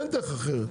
אין דרך אחרת,